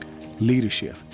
Leadership